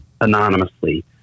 anonymously